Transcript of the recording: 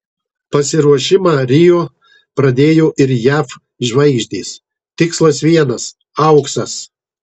pasiruošimą rio pradėjo ir jav žvaigždės tikslas vienas auksas